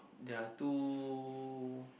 they're too